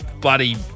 bloody